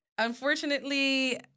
Unfortunately